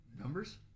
Numbers